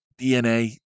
DNA